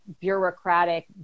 bureaucratic